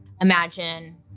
Imagine